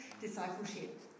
discipleship